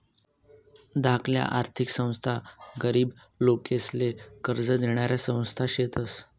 धाकल्या आर्थिक संस्था गरीब लोकेसले कर्ज देनाऱ्या संस्था शेतस